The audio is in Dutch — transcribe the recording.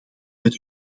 met